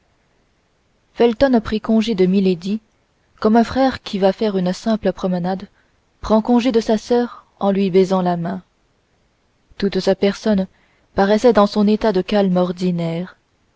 felton prit congé de milady comme un frère qui va faire une simple promenade prend congé de sa soeur en lui baisant la main toute sa personne paraissait dans son état de calme ordinaire